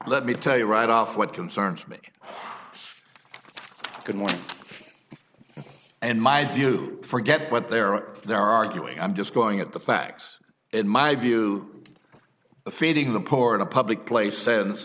let me tell you right off what concerns me good more in my view forget what they're they're arguing i'm just going at the facts in my view feeding the poor in a public place sen